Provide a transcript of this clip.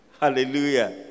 Hallelujah